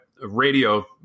radio